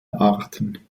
arten